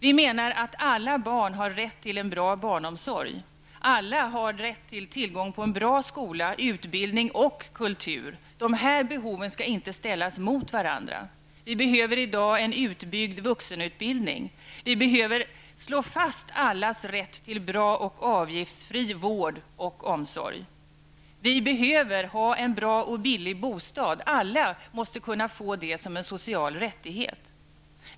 Vi menar att alla barn har rätt till en bra barnomsorg, alla har rätt till tillgång till en bra skola, utbildning och kultur. De behoven skall inte ställas emot varandra. Vi behöver i dag en utbyggd vuxenutbildning. Vi behöver slå fast allas rätt till bra och avgiftsfri vård och omsorg. Alla måste kunna få en bra och billig bostad -- det är en social rättighet.